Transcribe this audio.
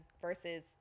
versus